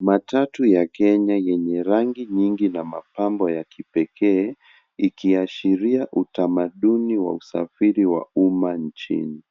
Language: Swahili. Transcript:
Matatu ya Kenya yenye rangi nyingi na mapambo ya kipekee ikiashiria utamaduni wa usafiri wa umma nchini.